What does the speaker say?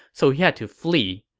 so he had to flee.